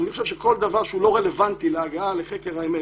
אני חושב שכל דבר שלא רלוונטי להגעה לחקר האמת